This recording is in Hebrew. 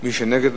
מי שנגד,